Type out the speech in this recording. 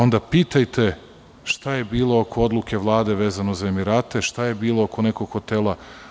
Onda pitajte šta je bilo oko odluke Vlade vezano za Emirate, šta je bilo oko nekog hotela.